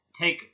take